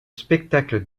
spectacle